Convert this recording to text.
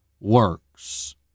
Works